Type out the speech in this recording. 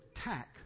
attack